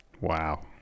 Wow